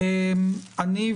אני,